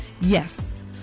Yes